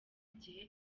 igihe